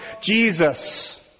Jesus